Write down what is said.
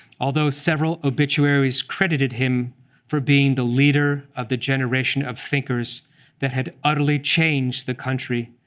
although several obituaries credited him for being the leader of the generation of thinkers that had utterly changed the country,